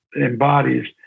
embodies